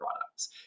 products